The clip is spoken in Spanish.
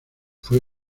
fue